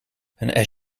een